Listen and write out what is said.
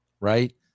right